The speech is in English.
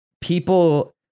people